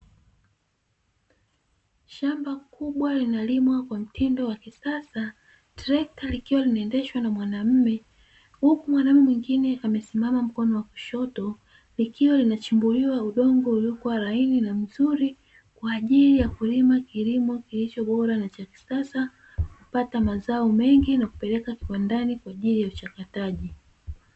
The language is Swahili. Shamba kubwa linalimwa kwa mtindo wa kisasa trekta likiwa linaendeshwa na mwanamume, huku mwanamume mwingine amesimama mkono wa kushoto likiwa linachimbuliwa udongo uliokuwa laini na mzuri kwa ajili ya kulima kilimo kilicho bora na cha kisasa kupata mazao mengi na kupeleka kiwandani kwa ajili ya uchakataji.